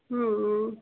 हुँ